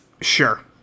Sure